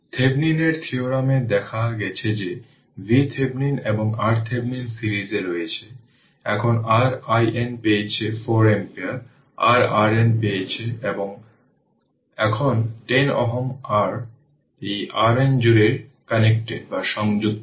থেভেনিনের থিওরাম এ দেখা গেছে যে VThevenin এবং RThevenin সিরিজে রয়েছে এখানে r IN পেয়েছে 4 অ্যাম্পিয়ার R RN পেয়েছে। এবং এখন 10 Ω r এই RN জুড়ে সংযুক্ত